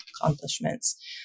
accomplishments